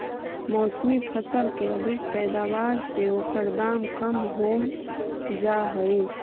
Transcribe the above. मौसमी फसल के अधिक पैदावार से ओकर दाम कम हो जाऽ हइ